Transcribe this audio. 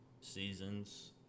seasons